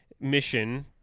mission